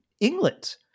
England